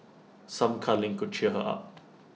some cuddling could cheer her up